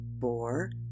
four